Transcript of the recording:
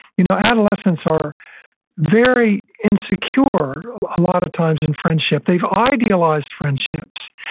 you know adolescents are very insecure a lot of times in friendship. they've idealized friendships,